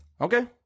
Okay